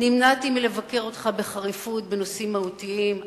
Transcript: נמנעתי מלבקר אותך בחריפות בנושאים מהותיים,